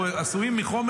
אנחנו עשויים מחומר